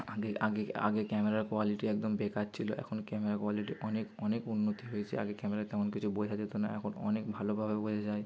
আগে আগে আগে ক্যামেরার কোয়ালিটি একদম বেকার ছিল এখন ক্যামেরা কোয়ালিটি অনেক অনেক উন্নতি হয়েছে আগে ক্যামেরায় তেমন কিছু বোঝা যেত না এখন অনেক ভালোভাবে বোঝা যায়